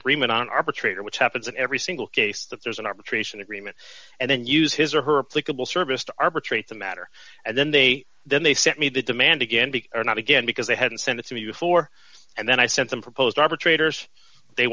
agreement on an arbitrator which happens in every single case that there's an arbitration agreement and then use his or her likable service to arbitrate the matter and then they then they sent me that demand again be or not again because they hadn't sent it to me before and then i sent them proposed arbitrator's they